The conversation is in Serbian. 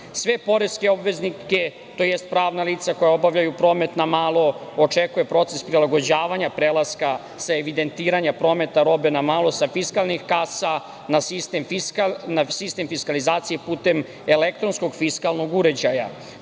poreske obveznike, tj. pravna lica koja obavljaju promet na malo očekuje proces prilagođavanja prelaska sa evidentiranja prometa robe na malo sa fiskalnih kasa na sistem fiskalizacije putem elektronskog fiskalnog uređaja,